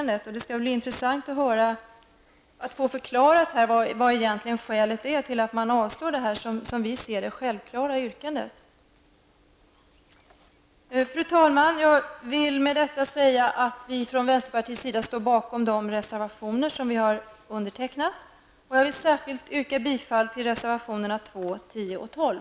Det skall bli intressant att få förklarat vad som egentligen är skälet till att man vill avslå detta, som vi ser det, självklara krav. Fru talman! Jag vill med detta säga att vi från vänsterpartiets sida står bakom de reservationer som jag har undertecknat, och jag vill särskilt yrka bifall till reservationerna 2, 10 och 12.